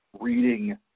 reading